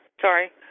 Sorry